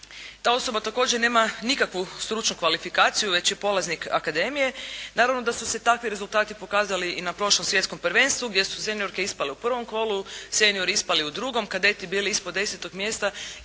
Ta osoba također nema nikakvu stručnu kvalifikaciju već je polaznik akademije. Naravno da su se takvi rezultati pokazali i na prošlom svjetskom prvenstvu gdje su seniorke ispale u prvom kolu, seniori ispali u drugom, kadeti bili ispod 10-og mjesta